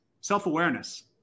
self-awareness